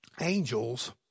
angels